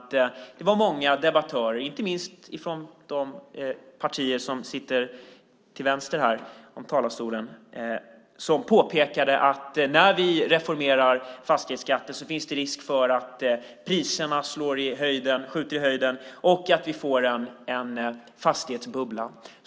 Det var många debattörer, inte minst från de partier som sitter här till vänster om talarstolen, som påpekade att när vi reformerar fastighetsskatten finns det risk för att priserna skjuter i höjden och att vi får en fastighetsbubbla.